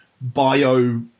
bio-